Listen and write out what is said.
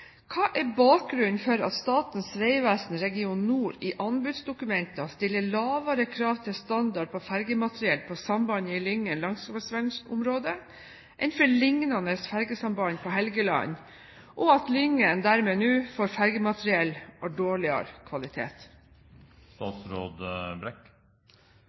Hva er bakgrunnen for at Statens vegvesen Region nord i anbudsdokumenter stiller lavere krav til standard på fergemateriell for sambandet i Lyngen landskapsvernområde enn for lignende fergesamband på Helgeland, og at Lyngen nå får fergemateriell av dårligere kvalitet?»